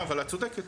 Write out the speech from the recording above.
אבל את צודקת,